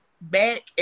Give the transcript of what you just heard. back